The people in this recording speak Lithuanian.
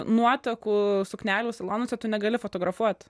nuotakų suknelių salonuose tu negali fotografuot